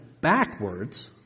backwards